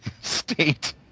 state